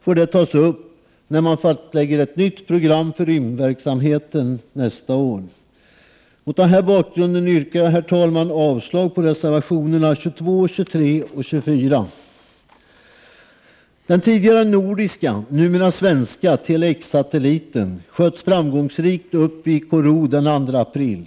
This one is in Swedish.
får tas upp när nytt program för rymdverksamheten tas nästa år. Därför yrkar jag avslag på reservationerna 22, 23 och 24. Den tidigare nordiska, numera svenska, Tele-X-satelliten sköts framgångsrikt upp i Korou den 2 april.